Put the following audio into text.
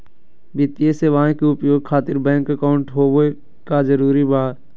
वित्तीय सेवाएं के उपयोग खातिर बैंक अकाउंट होबे का जरूरी बा?